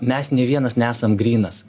mes nė vienas nesam grynas